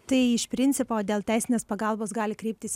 tai iš principo dėl teisinės pagalbos gali kreiptis